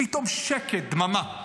פתאום שקט, דממה.